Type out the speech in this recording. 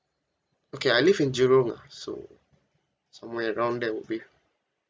okay I live in jurong lah so somewhere around that would be